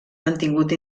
mantingut